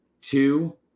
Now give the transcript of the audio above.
Two